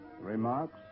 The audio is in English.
Remarks